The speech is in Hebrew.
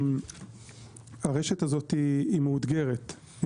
הרשת הזו היא מאותגרת.